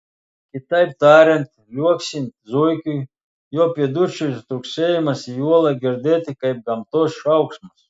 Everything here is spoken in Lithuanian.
kitaip tariant liuoksint zuikiui jo pėdučių stuksėjimas į uolą girdėti kaip gamtos šauksmas